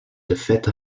défaite